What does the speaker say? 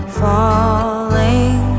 falling